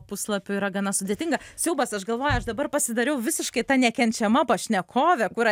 puslapių yra gana sudėtinga siaubas aš galvoju aš dabar pasidariau visiškai ta nekenčiama pašnekovė kur